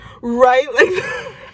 right